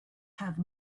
have